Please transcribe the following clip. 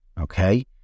Okay